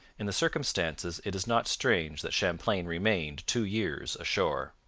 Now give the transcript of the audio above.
in the circumstances it is not strange that champlain remained two years ashore.